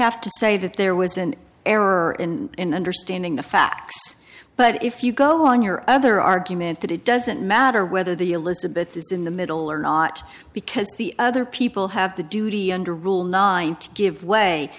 have to say that there was an error in understanding the facts but if you go on your other argument that it doesn't matter whether the elizabeth is in the middle or not because the other people have the duty under rule nine to give way